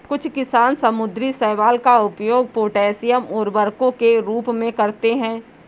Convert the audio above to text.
कुछ किसान समुद्री शैवाल का उपयोग पोटेशियम उर्वरकों के रूप में करते हैं